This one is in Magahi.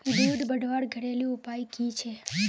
दूध बढ़वार घरेलू उपाय की छे?